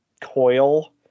coil